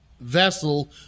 vessel